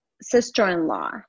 sister-in-law